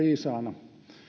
viisaana